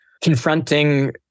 confronting